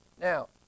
Now